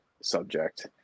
subject